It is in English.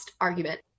argument